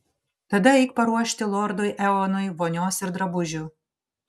tada eik paruošti lordui eonui vonios ir drabužių